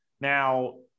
Now